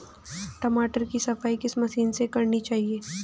टमाटर की सफाई किस मशीन से करनी चाहिए?